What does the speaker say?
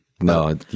No